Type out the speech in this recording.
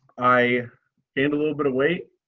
i gained a little bit of weight.